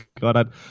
god